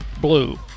blue